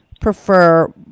prefer